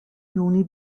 juni